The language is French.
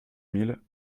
mille